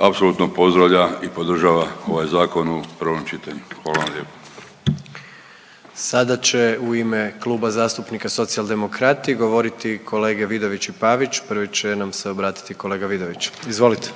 apsolutno pozdravlja i podržava ovaj Zakon u prvom čitanju. Hvala vam lijepo. **Jandroković, Gordan (HDZ)** Sada će u ime Kluba zastupnika Socijaldemokrati govoriti kolege Vidović i Pavić, prvi će nam se obratiti kolega Vidović, izvolite.